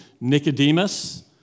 Nicodemus